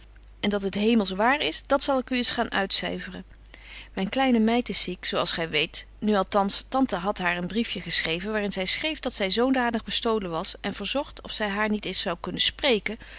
en dat het hemelsch waar is dat zal ik u eens gaan uitcyferen myn kleine meid is ziek zo als gy weet nu althans tante hadt haar een briefje geschreven waar in zy schreef dat zy zodanig bestolen was en verzogt of zy haar niet eens zou kunnen spreken